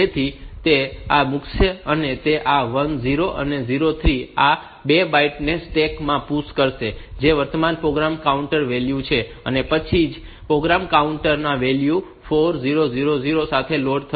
તેથી તે આ મૂકશે અને તે આ 1 0 અને 0 3 આ 2 બાઇટ્સ ને સ્ટેક માં PUSH કરશે જે વર્તમાન પ્રોગ્રામ કાઉન્ટર વેલ્યુ છે અને પછી જ પ્રોગ્રામ કાઉન્ટર આ વેલ્યુ 4000 સાથે લોડ થશે